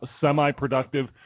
semi-productive